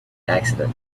accident